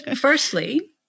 Firstly